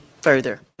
further